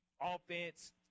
offense